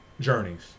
Journeys